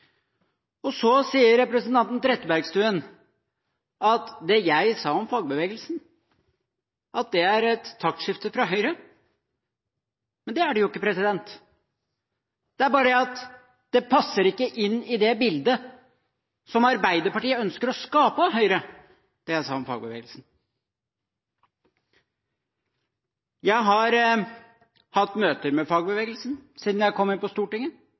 Så sier representanten Trettebergstuen at det jeg sa om fagbevegelsen, er et taktskifte fra Høyre. Men det er det jo ikke. Det er bare det at det jeg sa om fagbevegelsen, ikke passer inn i det bildet som Arbeiderpartiet ønsker å skape av Høyre. Jeg har hatt møter med fagbevegelsen siden jeg kom inn på Stortinget